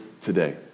today